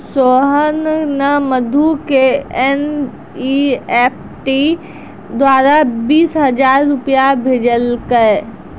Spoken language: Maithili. सोहन ने मधु क एन.ई.एफ.टी द्वारा बीस हजार रूपया भेजलकय